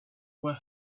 were